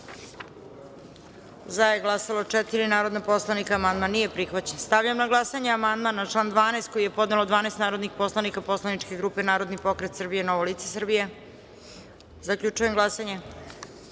za – četiri narodna poslanika. Amandman nije prihvaćen. Stavljam na glasanje amandman na član 9. koji je podnelo 12 narodnih poslanika poslaničke grupe Narodni pokret Srbije i Novo lice Srbije. Zaključujem glasanje: